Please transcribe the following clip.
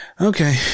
Okay